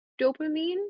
dopamine